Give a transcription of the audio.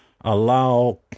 allow